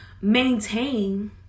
maintain